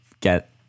get